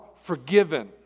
forgiven